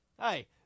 Hey